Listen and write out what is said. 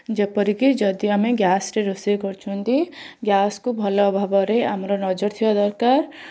ଯେପରିକି ଯଦି ଆମେ ଗ୍ୟାସ୍ରେ ରୋଷେଇ କରୁଛନ୍ତି ଗ୍ୟାସ୍ କୁ ଭଲ ଭାବରେ ଆମର ନଜର ଥିବା ଦରକାର